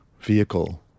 vehicle